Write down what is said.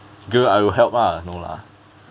girl I will help ah no lah